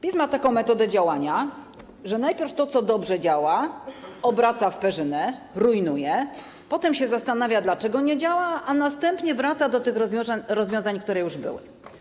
PiS ma taką metodę działania, że najpierw to, co dobrze działa, obraca w perzynę, rujnuje, potem zastanawia się, dlaczego to nie działa, a następnie wraca do tych rozwiązań, które już były.